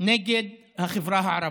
נגד החברה הערבית.